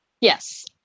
Yes